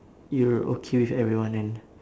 you're okay with everyone and